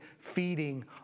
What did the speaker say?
feeding